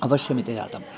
अवश्यम् इति जातम्